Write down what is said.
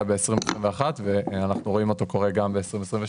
ב-2021 ואנחנו רואים אותו קורה גם ב-2022,